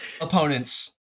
opponents